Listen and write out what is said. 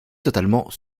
totalement